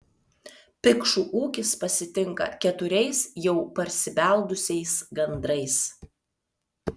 pikšų ūkis pasitinka keturiais jau parsibeldusiais gandrais